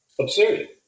absurd